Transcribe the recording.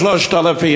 3,000,